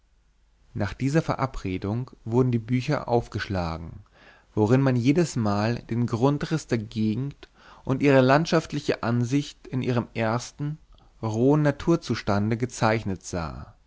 nach dieser verabredung wurden die bücher aufgeschlagen worin man jedesmal den grundriß der gegend und ihre landschaftliche ansicht in ihrem ersten rohen naturzustande gezeichnet sah